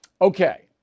Okay